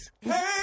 Hey